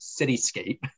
cityscape